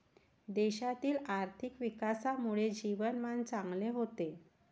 देशातील आर्थिक विकासामुळे जीवनमान चांगले होते